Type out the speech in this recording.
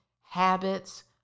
habits